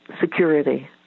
security